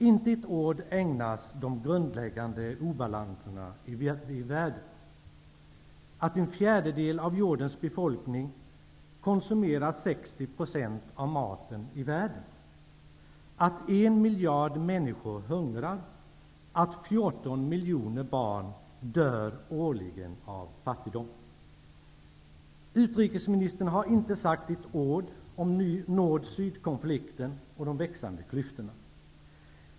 Inte ett ord ägnas de grundläggande obalanserna i världen, dvs. att en fjärdedel av jordens befolkning konsumerar 60 % av maten i världen, att en miljard människor hungrar och att 14 miljoner barn årligen dör av fattigdom. Utrikesministern har inte sagt ett ord om nord--sydkonflikten och de växande klyftorna.